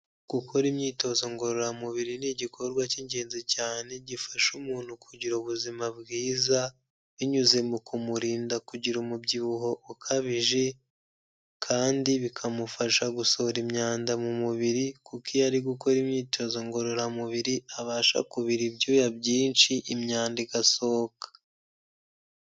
Gukora imyitozo ngororamubiri ni igikorwa cy'ingenzi cyane gifasha umuntu kugira ubuzima, bwiza binyuze mu kumurinda kugira umubyibuho ukabije kandi bikamufasha gusohora imyanda mu mubiri kuko iyo ari gukora imyitozo ngororamubiri abasha kubira ibyuya byinshi imyanda igasohoka.